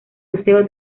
museo